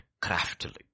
craftily